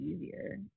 easier